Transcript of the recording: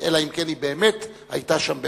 אלא אם כן היא באמת היתה שם במקרה,